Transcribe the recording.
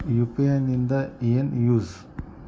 UPI ದಿಂದ ಏನು use?